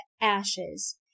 ashes